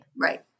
Right